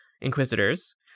Inquisitors